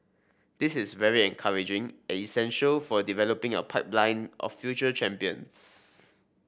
this is very encouraging and essential for developing our pipeline of future champions